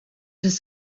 has